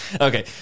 Okay